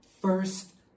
First